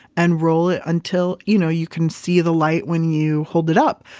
and roll it until you know you can see the light when you hold it up.